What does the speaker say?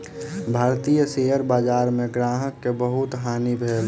भारतीय शेयर बजार में ग्राहक के बहुत हानि भेल